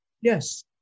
Yes